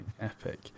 Epic